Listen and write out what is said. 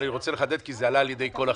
אבל אני רוצה לחדד כי זה עלה על ידי כל החברים.